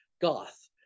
goth